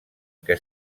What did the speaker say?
que